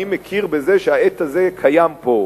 אני מכיר בזה שהעט הזה קיים פה.